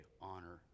honor